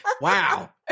Wow